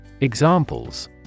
Examples